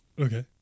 Okay